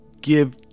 give